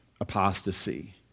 apostasy